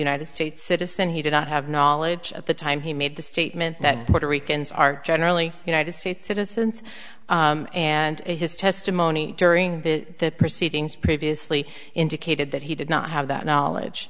united states citizen he did not have knowledge at the time he made the statement that puerto ricans are generally united states citizens and his testimony during the proceedings previously indicated that he did not have that